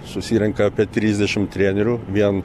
susirenka apie trisdešimt trenerių vien